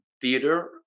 theater